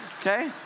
Okay